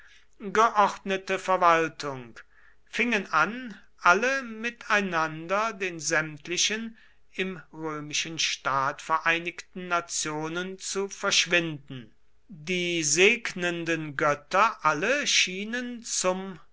geordnete verwaltung fingen an alle miteinander den sämtlichen im römischen staat vereinigten nationen zu verschwinden die segnenden götter alle schienen zum